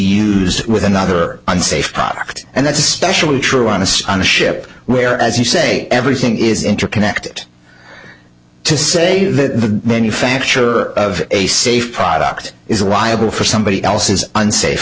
used with another unsafe product and that's especially true honest on a ship where as you say everything is interconnected to say the manufacturer of a safe product is liable for somebody else's unsafe